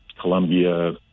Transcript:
Colombia